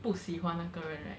不喜欢那个人 right